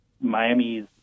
Miami's